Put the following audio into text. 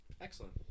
Excellent